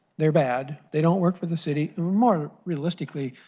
they are bad. they don't work for the city. more realistically,